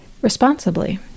responsibly